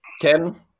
Ken